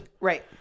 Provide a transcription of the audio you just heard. Right